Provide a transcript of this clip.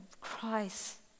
Christ